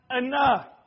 enough